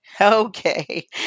Okay